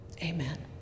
Amen